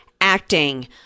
acting